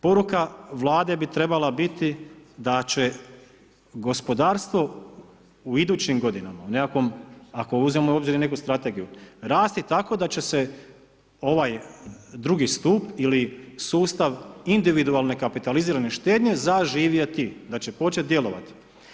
Poruka Vlade bi trebala biti da će gospodarstvo u idućim godinama u nekakvom, ako uzmemo u obzir i neku strategiju rasti tako da će se ovaj drugi stup ili sustav individualne kapitalizirane štednje zaživjeti, da će početi djelovati.